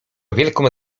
wielką